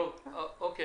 אוקיי.